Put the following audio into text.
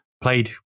played